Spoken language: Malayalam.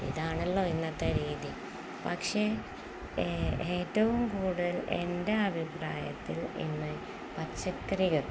ഇതാണല്ലോ ഇന്നത്തെ രീതി പക്ഷേ ഏറ്റവും കൂടുതൽ എൻ്റെ അഭിപ്രായത്തിൽ ഇന്നു പച്ചക്കറികള്